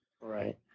Right